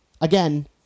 Again